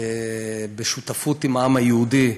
בשותפות עם העם היהודי,